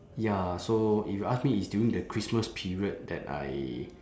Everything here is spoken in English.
ya so if you ask me it's during the christmas period that I